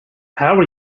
power